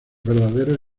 verdaderos